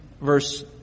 verse